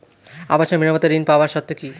আবাসন মেরামতের ঋণ পাওয়ার শর্ত কি?